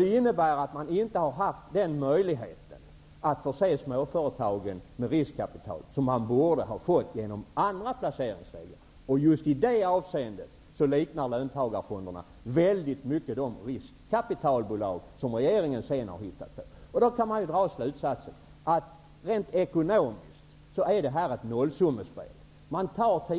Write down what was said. Det innebär att man inte har haft möjligheten att förse småföretagen med riskkapital, som de borde ha fått genom andra placeringsregler. Just i det avseendet liknar löntagarfonderna väldigt mycket de riskkapitalbolag som regeringen sedan har hittat på. Då kan man dra slutsatsen att det här rent ekonomiskt är ett nollsummespel. Man tar